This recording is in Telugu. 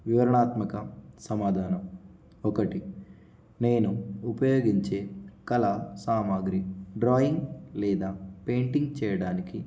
వివరణాత్మక సమాధానం ఒకటి నేను ఉపయోగించే కళా సామాగ్రి డ్రాయింగ్ లేదా పెయింటింగ్ చేయడానికి